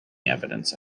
evidence